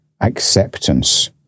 acceptance